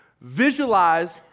Visualize